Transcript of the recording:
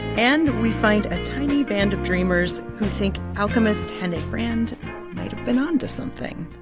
and we find a tiny band of dreamers who think alchemist hennig brand might've been on to something